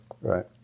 Right